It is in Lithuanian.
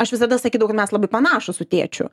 aš visada sakydavau kad mes labai panašūs su tėčiu